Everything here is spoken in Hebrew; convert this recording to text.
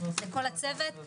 לכל הצוות.